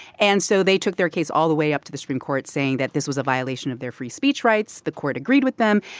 and so they took their case all the way up to the supreme court, saying that this was a violation of their free speech rights. the court agreed with them.